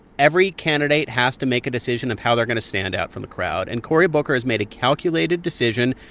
every candidate has to make a decision of how they're going to stand out from the crowd. and cory booker has made a calculated decision.